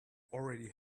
already